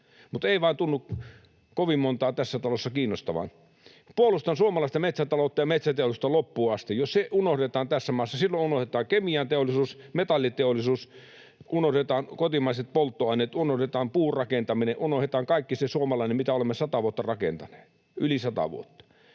mutta ei vaan tunnu kovin montaa tässä talossa kiinnostavan. Puolustan suomalaista metsätaloutta ja metsäteollisuutta loppuun asti. Jos se unohdetaan tässä maassa, silloin unohdetaan kemianteollisuus, metalliteollisuus, unohdetaan kotimaiset polttoaineet, unohdetaan puurakentaminen, unohdetaan kaikki se suomalainen, mitä olemme sata vuotta rakentaneet — yli sata vuotta.